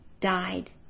died